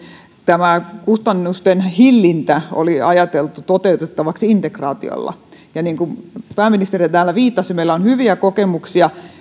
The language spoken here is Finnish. tämä kustannusten hillintä oli ajateltu toteutettavaksi integraatiolla niin kuin pääministeri jo täällä viittasi meillä on hyviä kokemuksia